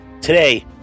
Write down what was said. Today